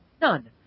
None